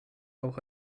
auch